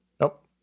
Nope